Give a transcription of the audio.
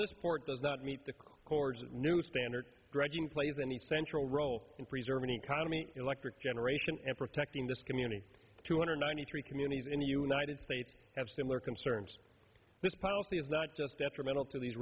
this port does not meet the corps that new standard dredging plays an essential role in preserving economy electric generation and protecting this community two hundred ninety three communities in the united states have similar concerns this policy is not just detrimental to these